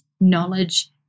knowledge